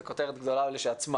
זו כותרת גדולה לכשעצמה.